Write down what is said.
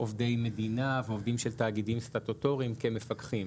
עובדי מדינה ועובדים של תאגידים סטטוטוריים כמפקחים.